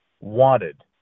wanted